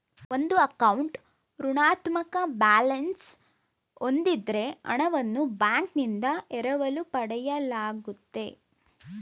ಒಂದು ಅಕೌಂಟ್ ಋಣಾತ್ಮಕ ಬ್ಯಾಲೆನ್ಸ್ ಹೂಂದಿದ್ದ್ರೆ ಹಣವನ್ನು ಬ್ಯಾಂಕ್ನಿಂದ ಎರವಲು ಪಡೆಯಲಾಗುತ್ತೆ